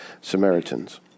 Samaritans